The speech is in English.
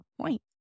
point